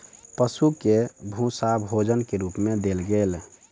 पशु के भूस्सा भोजन के रूप मे देल गेल